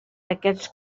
aquests